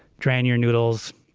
drain your noodles,